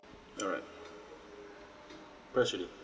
alright press already